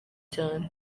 cyane